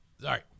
Sorry